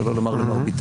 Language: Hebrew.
שלא לומר למרביתנו,